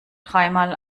dreimal